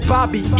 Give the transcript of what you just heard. Bobby